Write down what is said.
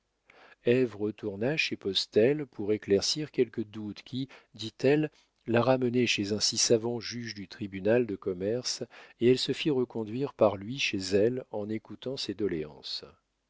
retourna chez postel pour éclaircir quelque doute qui dit-elle la ramenait chez un si savant juge du tribunal de commerce et elle se fit reconduire par lui chez elle en écoutant ses doléances